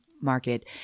market